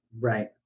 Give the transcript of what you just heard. Right